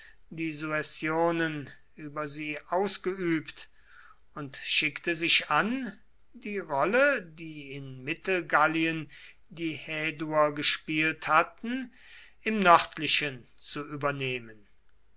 die suessionen über sie ausübten und schickte sich an die rolle die in mittelgallien die häduer gespielt hatten im nördlichen zu übernehmen